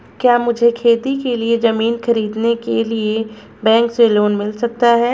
क्या मुझे खेती के लिए ज़मीन खरीदने के लिए बैंक से लोन मिल सकता है?